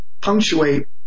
punctuate